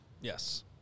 Yes